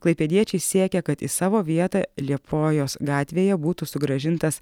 klaipėdiečiai siekia kad į savo vietą liepojos gatvėje būtų sugrąžintas